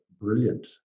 brilliant